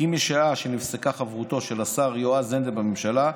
כי משעה שנפסקה חברותו של השר יועז הנדל בממשלה,